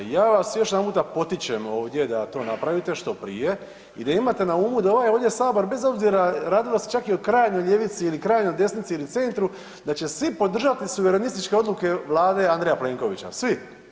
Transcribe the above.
Ja vas još jedanput potičem ovdje da to napravite što prije i da imate na umu da ovaj ovdje Sabor, bez obzira, radilo se čak i o krajnjoj ljevici ili krajnjoj desnici ili centru, da će svi podržati suverenističke odluke Vlade Andreja Plenkovića, svi.